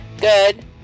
Good